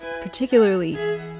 particularly